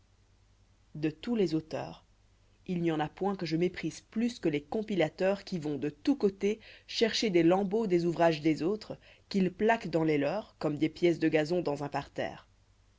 de tous les auteurs il n'y en a point que je méprise plus que les compilateurs qui vont de tous côtés chercher des lambeaux des ouvrages des autres qu'ils plaquent dans les leurs comme des pièces de gazon dans un parterre